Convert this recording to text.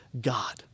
God